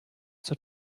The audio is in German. zur